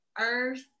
earth